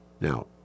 Now